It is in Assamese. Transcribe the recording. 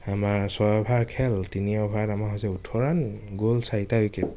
আমাৰ ছয় অভাৰ খেল তিনি অভাৰত আমাৰ হৈছে ওঠৰ ৰাণ গ'ল চাৰিটা উইকেট